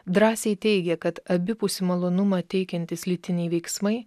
drąsiai teigia kad abipusį malonumą teikiantys lytiniai veiksmai